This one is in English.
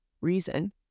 reason